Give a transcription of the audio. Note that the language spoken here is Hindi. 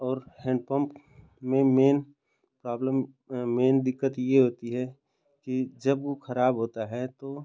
और हैन्डपम्प में मेन प्रॉब्लम मेन दिक्कत यह होती है कि जब वह खराब होता है तो